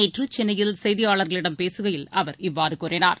நேற்றுசென்னையில் செய்தியாளர்களிடம் பேசுகையில் அவர் இவ்வாறுகூறினார்